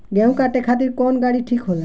गेहूं काटे खातिर कौन गाड़ी ठीक होला?